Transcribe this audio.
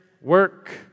work